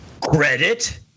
Credit